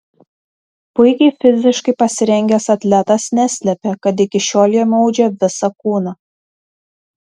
puikiai fiziškai pasirengęs atletas neslepia kad iki šiol jam maudžia visą kūną